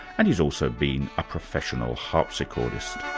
and he's also been a professional harpsichordist.